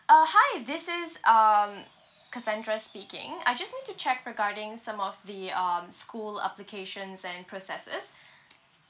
uh hi this is um cassandra speaking I just need to check regarding some of the um school applications and processes